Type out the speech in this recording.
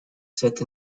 set